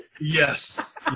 Yes